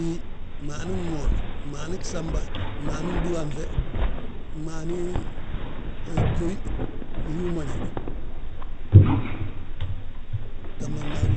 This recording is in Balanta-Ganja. Ñí, gmaani gmoon, gmaani gsamba, gmaani gdúhaanŧe, gmaani gyóy, yóyi umoñe gemba gmaagi.